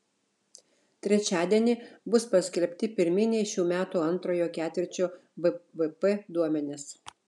trečiadienį bus paskelbti pirminiai šių metų antrojo ketvirčio bvp duomenys